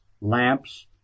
lamps